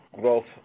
growth